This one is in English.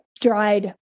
dried